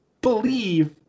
believe